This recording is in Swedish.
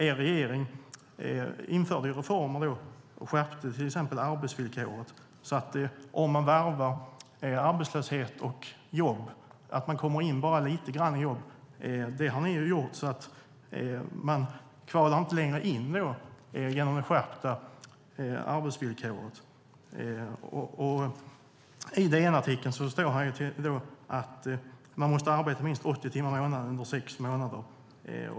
Er regering införde reformer och skärpte till exempel arbetsvillkoret. Den som varvar arbetslöshet och lite jobb kvalar inte längre in genom det skärpta arbetsvillkoret. I DN-artikeln står det att man måste arbeta minst 80 timmar i månaden under sex månader.